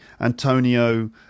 Antonio